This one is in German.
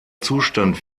zustand